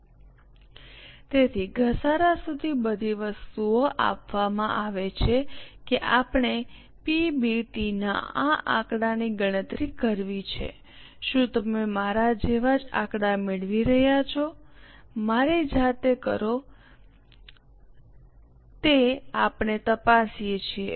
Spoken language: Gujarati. સ્લાઈડ સમયનો સંદર્ભ લો 1513 તેથી ઘસારા સુધી બધી વસ્તુઓ આપવામાં આવે છે કે આપણે પીબીટી ના આ આંકડાની ગણતરી કરવી છે શું તમે મારા જેવા જ આંકડા મેળવી રહ્યા છો મારી જાતે કરો તે આપણે તપાસીએ છીએ